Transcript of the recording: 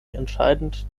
entscheidend